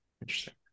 Interesting